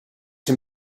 him